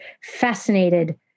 fascinated